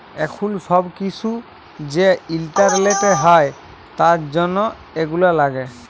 এখুল সব কিসু যে ইন্টারলেটে হ্যয় তার জনহ এগুলা লাগে